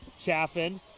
Chaffin